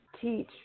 teach